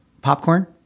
Popcorn